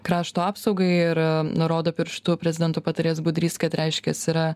krašto apsaugai ir nurodo pirštu prezidento patarėjas budrys kad reiškias yra